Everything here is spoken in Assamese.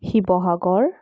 শিৱসাগৰ